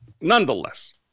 nonetheless